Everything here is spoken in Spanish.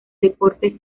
deportes